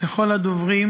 לכל הדוברים,